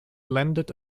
landed